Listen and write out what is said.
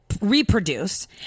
reproduce